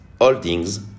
holdings